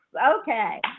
Okay